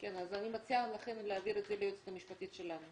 אז אני מציעה לכן להעביר את זה ליועצת המשפטית שלנו